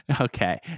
Okay